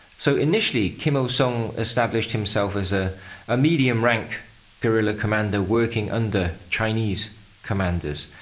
so initially, kim il-sung established himself as a ah medium-rank guerilla commander, working under chinese commanders.